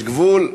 יש גבול.